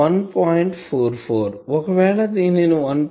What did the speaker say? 44 ఒకవేళ దీనిని 1